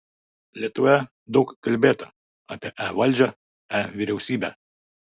lietuvoje daug kalbėta apie e valdžią e vyriausybę